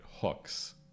hooks